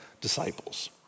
disciples